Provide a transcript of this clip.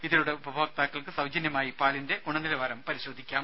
ഇതിലൂടെ ഉപഭോക്താക്കൾക്ക് സൌജന്യമായി പാലിന്റെ ഗുണനിലവാരം പരിശോധിക്കാം